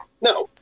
No